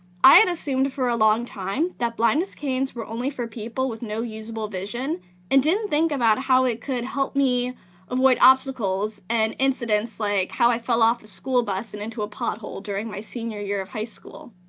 i had assumed for a long time that blindness canes were only for people with no usable vision and didn't think about how it could help me avoid obstacles and incidents like how i fell off the school bus and into a pothole during my senior year of high school.